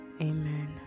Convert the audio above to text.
Amen